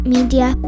Media